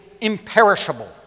imperishable